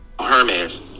Hermes